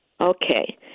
Okay